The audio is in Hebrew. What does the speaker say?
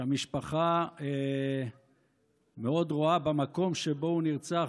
שהמשפחה מאוד רואה במקום שבו הוא נרצח,